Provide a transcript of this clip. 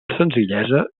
senzillesa